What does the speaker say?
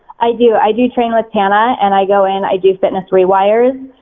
i do, i do train with tana, and i go and i do fitness re-wires.